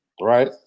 Right